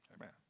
Amen